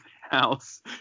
house